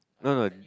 no no